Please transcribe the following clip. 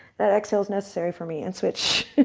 that exhale is necessary for me. and switch.